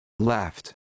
Left